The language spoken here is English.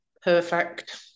perfect